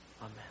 Amen